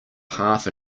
half